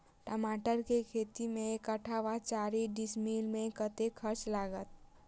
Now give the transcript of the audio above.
टमाटर केँ खेती मे एक कट्ठा वा चारि डीसमील मे कतेक खर्च लागत?